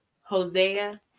Hosea